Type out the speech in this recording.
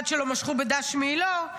אחד שלא משכו בדש מעילו.